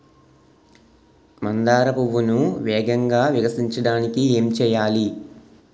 మందార పువ్వును వేగంగా వికసించడానికి ఏం చేయాలి?